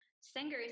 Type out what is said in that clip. singers